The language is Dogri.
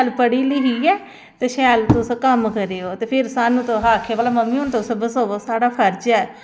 तसीलदार खुद छप्पे दा रौंह्दा ऐ मतलव ऐ कदैं शामी त्रै बज़े औंदा ऐ